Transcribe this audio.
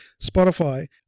Spotify